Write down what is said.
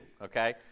okay